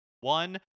One